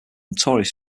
notorious